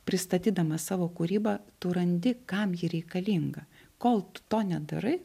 pristatydamas savo kūrybą tu randi kam ji reikalinga kol tu to nedarai